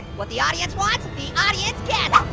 what the audience wants, the audience gets.